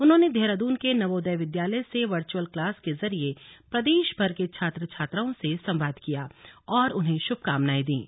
उन्होंने देहरादून के नवोदय विद्यालय से वर्चअल क्लास के जरिए प्रदेश भर के छात्र छात्राओं से संवाद किया और उन्हें श्भकामनाएं दीं